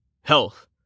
Health